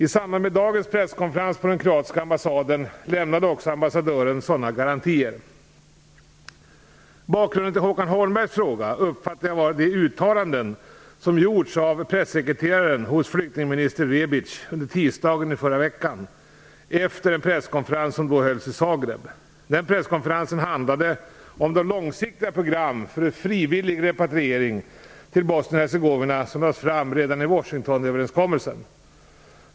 I samband med dagens presskonferens på den kroatiska ambassaden lämnade också ambassadören sådana garantier. Bakgrunden till Håkan Holmbergs fråga uppfattar jag vara de uttalanden som gjorts av pressekreteraren hos flyktingminister Rebic under tidsdagen i förra veckan efter en presskonferens som då hölls i Zagreb. Den presskonferensen handlade om de långsiktiga program för frivillig repatriering till Bosnien Hercegovina som lades fram redan i Washingtonöverenskommelsen.